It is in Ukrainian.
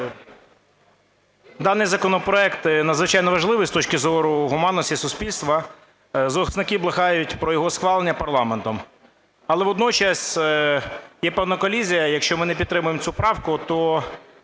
Даний законопроект надзвичайно важливий з точки зору гуманності суспільства, зоозахисники благають про його схвалення парламентом. Але водночас є певна колізія. Якщо ми не підтримаємо цю правку, то